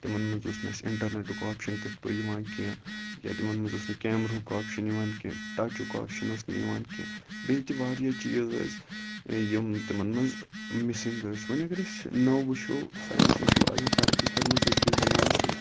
تِمن منٛز اوس نہٕ اَسہِ اِنٹرنیٹُک آپشن تِتھ پٲٹھۍ یِوان کیٚنہہ یا تِمن منٛز اوس نہٕ کیمرُہُک آپشن یِوان کیٚنہہ ٹَچُک آپشن اوس نہٕ یِوان کیٚنہہ بیٚیہِ تہِ واریاہ چیٖز ٲسۍ یِم تِمن منٛز مِسِنگ ٲسۍ وۄنۍ اَگر أسۍ نوٚو وٕچھو ساینَسن چھےٚ واریاہ تَرقی کٔرمٕژ أزکِس زَمانَس منٛز